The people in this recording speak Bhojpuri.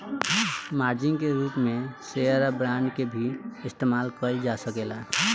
मार्जिन के रूप में शेयर या बांड के भी इस्तमाल कईल जा सकेला